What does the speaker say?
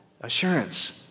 Assurance